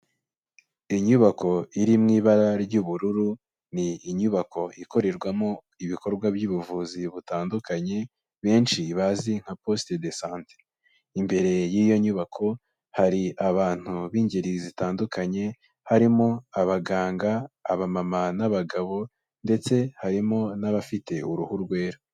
Inyubako iri mu ibara ry'ubururu, ni inyubako ikorerwamo ibikorwa by'ubuvuzi butandukanye benshi bazi nka Poste de sante. Imbere y'iyo nyubako hari abantu b'ingeri zitandukanye harimo abaganga, abamama n'abagabo ndetse harimo n'abafite uruhu rwera.